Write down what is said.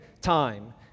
time